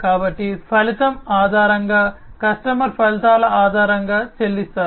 కాబట్టి ఫలితం ఆధారంగా కస్టమర్ ఫలితాల ఆధారంగా చెల్లిస్తారు